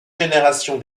génération